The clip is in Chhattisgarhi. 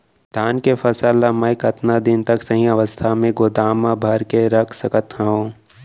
धान के फसल ला मै कतका दिन तक सही अवस्था में गोदाम मा भर के रख सकत हव?